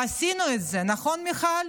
ועשינו את זה, נכון, מיכל?